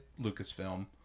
Lucasfilm